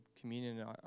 communion